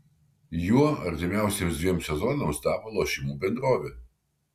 juo artimiausiems dviems sezonams tapo lošimų bendrovė